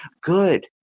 Good